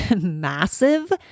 massive